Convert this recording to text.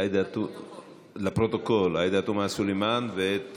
עאידה תומא סלימאן לפרוטוקול ואת